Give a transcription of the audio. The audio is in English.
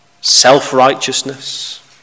Self-righteousness